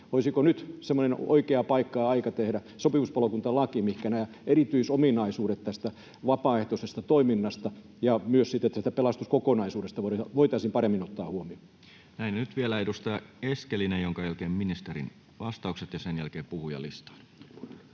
semmoinen oikea paikka ja aika tehdä sopimuspalokuntalaki, missä nämä erityisominaisuudet tästä vapaaehtoisesta toiminnasta ja myös siitä pelastuskokonaisuudesta voitaisiin paremmin ottaa huomioon? Näin. — Nyt vielä edustaja Eskelinen, jonka jälkeen ministerin vastaukset ja sen jälkeen puhujalistaan.